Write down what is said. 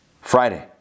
Friday